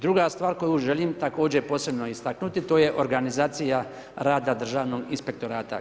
Druga stvar koju želim također posebno istaknuti to je organizacija rada Državnog inspektorata.